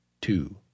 two